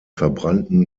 verbrannten